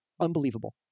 Unbelievable